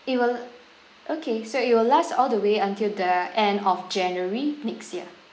it will okay so it will last all the way until the end of january next year